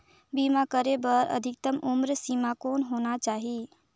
बीमा करे बर अधिकतम उम्र सीमा कौन होना चाही?